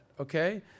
okay